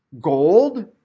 gold